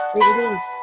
Release